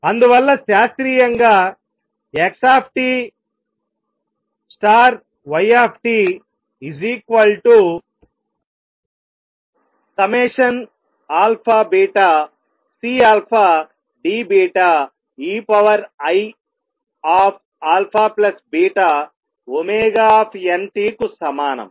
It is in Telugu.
అందువల్ల శాస్త్రీయంగా x y αβCDeiαβωntకు సమానం